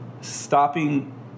stopping